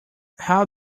how